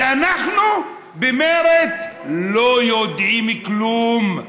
ואנחנו במרצ לא יודעים כלום.